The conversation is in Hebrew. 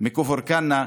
מכפר קנא,